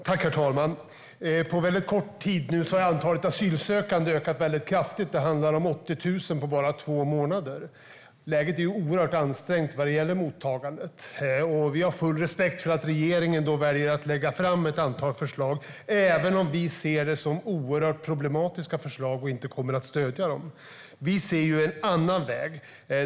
Herr talman! På mycket kort tid har antalet asylsökande ökat kraftigt. Det handlar om 80 000 på bara två månader. Läget är oerhört ansträngt vad gäller mottagandet. Vi har full respekt för att regeringen väljer att lägga fram ett antal förslag, även om vi ser förslagen som mycket problematiska och inte kommer att stödja dem. Vi ser en annan väg.